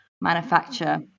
manufacture